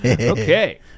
okay